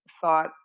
thought